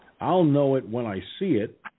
I'll-know-it-when-I-see-it